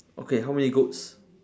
okay how many goats